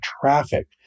traffic